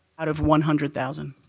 out of one hundred thousand